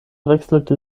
wechselte